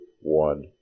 one